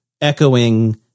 echoing